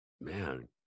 Man